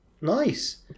nice